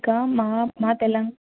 ఇంకా మా మా తెలన్